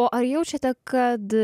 o ar jaučiate kad